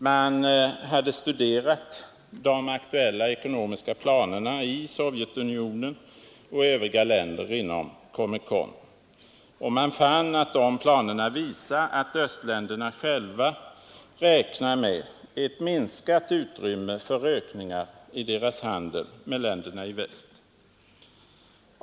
Man hade studerat de aktuella ekonomiska planerna i Sovjetunionen och övriga länder inom Komekon och funnit att dessa planer visar att östländerna själva räknar med ett minskat utrymme för ökningar i deras handel med länderna i väst.